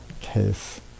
case